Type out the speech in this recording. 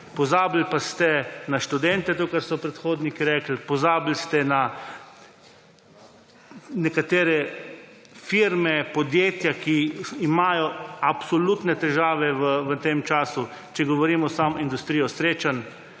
pozabili pa ste na študente, to kar so predhodniki rekli, pozabili ste na nekatere firme, podjetja, ki imajo absolutne težave v tem času, če govorimo samo industrijo srečanj,